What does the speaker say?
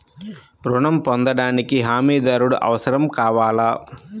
ఋణం పొందటానికి హమీదారుడు అవసరం కావాలా?